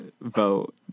vote